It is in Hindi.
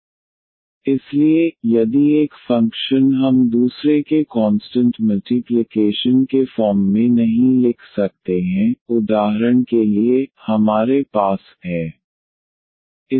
c1y1c2y20⇒c10c20 ory1y2≠constant इसलिए यदि एक फंक्शन हम दूसरे के कॉन्सटंट मल्टीप्लिकेशन के फॉर्म में नहीं लिख सकते हैं उदाहरण के लिए हमारे पास x x है